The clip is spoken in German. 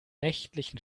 nächtlichen